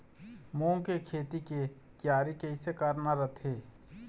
मूंग के खेती के तियारी कइसे करना रथे?